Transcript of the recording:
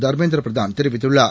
தர்மேந்திர பிரதான் தெரிவித்துள்ளார்